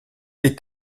est